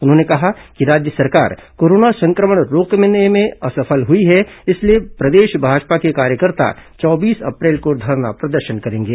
उन्होंने कहा कि राज्य सरकार कोरोना संक्रमण रोकने में असफल हुई है इसलिए प्रदेश भाजपा के कार्यकर्ता चौबीस अप्रैल को धरना प्रदर्शन करेंगे